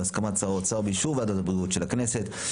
בהסכמת שר האוצר ובאישור ועדת הבריאות של הכנסת,